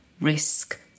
risk